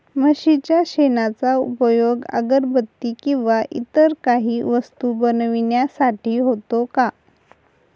म्हशीच्या शेणाचा उपयोग अगरबत्ती किंवा इतर काही वस्तू बनविण्यासाठी होतो का?